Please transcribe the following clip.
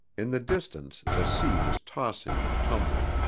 in the distance the sea was tossing and tumbling,